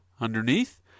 underneath